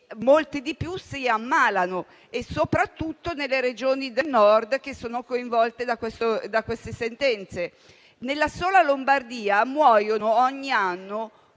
molte di più si ammalano, soprattutto nelle Regioni del Nord coinvolte da queste sentenze. Nella sola Lombardia muoiono ogni anno